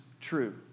true